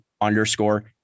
underscore